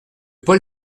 paul